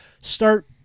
start